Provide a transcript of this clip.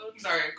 Sorry